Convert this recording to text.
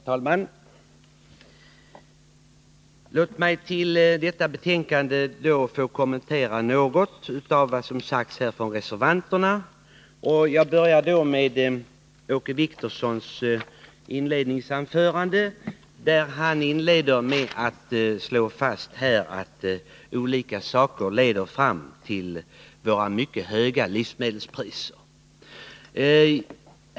Herr talman! Låt mig vid behandlingen av detta betänkande något kommentera vad som sagts av reservanterna. Jag börjar med Åke Wictorssons inledningsanförande, där han slog fast olika orsaker som lett till våra mycket höga livsmedelspriser.